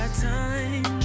time